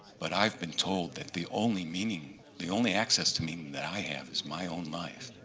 but i've been told that the only meaning, the only access to meaning that i have is my own life.